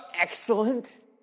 excellent